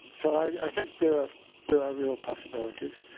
so i think there are there are real possibilities.